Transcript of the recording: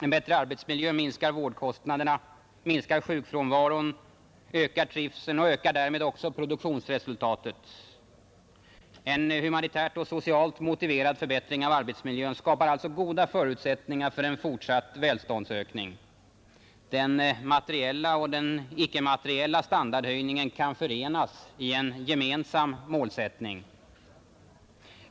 En bättre arbetsmiljö minskar vårdkostnaderna, minskar sjukfrånvaron, ökar trivseln och ökar därför också produktionsresultatet. En humanitärt och socialt motiverad förbättring av arbetsmiljön skapar alltså goda förutsättningar för en fortsatt välståndsökning. Den materiella och den icke-materiella standardhöjningen kan förenas i en gemensam målsättning.